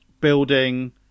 building